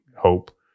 hope